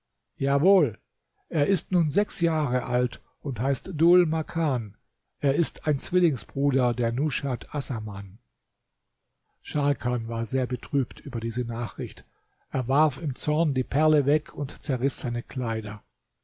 jawohl er ist nun sechs jahre alt und heißt dhul makan er ist ein zwillingsbruder der nushat assaman scharkan war sehr betrübt über diese nachricht er warf im zorn die perle weg und zerriß seine kleider